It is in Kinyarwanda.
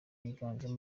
yiganjemo